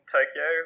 Tokyo